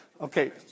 okay